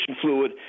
fluid